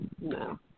no